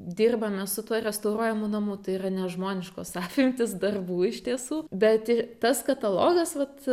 dirbame su tuo restauruojamu namu tai yra nežmoniškos apimtys darbų iš tiesų bet i tas katalogas vat